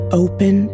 open